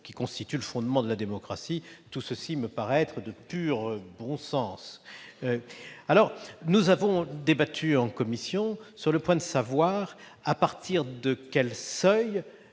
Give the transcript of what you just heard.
qui constitue le fondement de la démocratie. Tout cela me paraît être de pur bon sens. Nous avons débattu en commission pour déterminer à partir de quel seuil